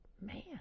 man